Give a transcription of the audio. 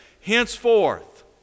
henceforth